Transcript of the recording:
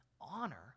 honor